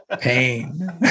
pain